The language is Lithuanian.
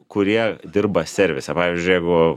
kurie dirba servise pavyzdžiui jeigu